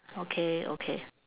okay okay